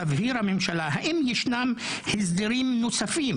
תבהיר הממשלה אם ישנם הסדרים נוספים